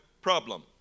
problem